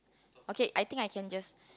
okay I think I can just